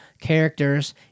characters